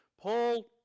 Paul